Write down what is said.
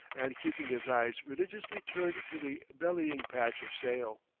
and keeping his eyes religiously turned to the bellying patch of sail.